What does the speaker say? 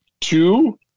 Two